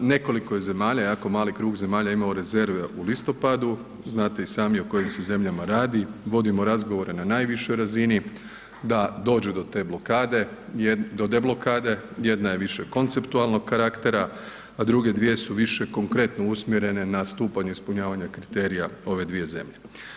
Nekoliko je zemalja, jako mali krug zemalja je imao rezerve u listopadu, znate i sami o kojim zemljama se radi, vodimo razgovore na najvišoj razini da dođe do te blokade, do deblokade, jedna je više konceptualnog karaktera, a druge dvije su više konkretno usmjerene na stupanj ispunjavanja kriterija ove dvije zemlje.